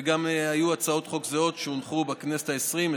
וגם היו הצעות חוק זהות שהונחו בכנסת העשרים,